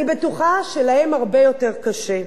אני בטוחה שלהם הרבה יותר קשה.